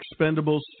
Expendables